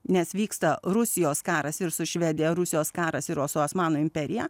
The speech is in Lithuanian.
nes vyksta rusijos karas ir su švedija rusijos karas ir su osmanų imperija